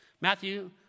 Matthew